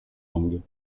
langues